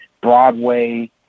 Broadway